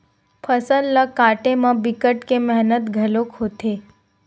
फसल ल काटे म बिकट के मेहनत घलोक होथे